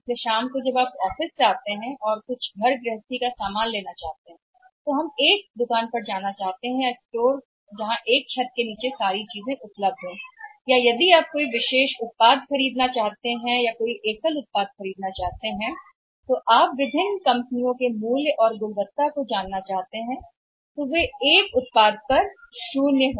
तो में शाम को जब आप ऑफिस से आते हैं तो हम घरवालों के लिए कुछ खरीदना चाहते हैं दृष्टिकोण है कि हम एक दुकान पर जाना चाहते हैं या पुनर्स्थापित करना चाहते हैं जहां लगभग सभी चीजें उपलब्ध हैं एक छत के नीचे या यहां तक कि अगर आप किसी विशेष उत्पाद को खरीदना चाहते हैं या एकल उत्पाद लोगों को खरीदना चाहते हैं कोशिश करना चाहते हैं या विभिन्न कंपनियों और उनके मूल्यों में गुणवत्ता के बारे में जानना चाहते हैं उत्पादों और फिर वे एक उत्पाद पर शून्य